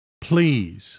Please